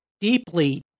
deeply